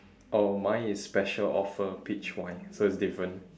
oh mine is special offer peach wine so it's different